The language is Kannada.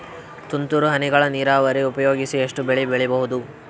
ತುಂತುರು ಹನಿಗಳ ನೀರಾವರಿ ಉಪಯೋಗಿಸಿ ಎಷ್ಟು ಬೆಳಿ ಬೆಳಿಬಹುದು?